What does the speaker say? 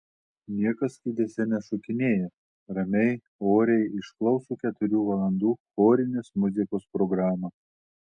niekas kėdėse nešokinėja ramiai oriai išklauso keturių valandų chorinės muzikos programą